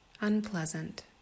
unpleasant